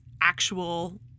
actual